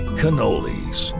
cannolis